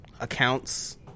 accounts